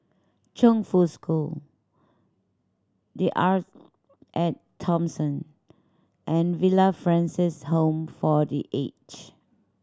Chongfu School The Arte At Thomson and Villa Francis Home for The Aged